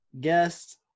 guest